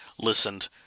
listened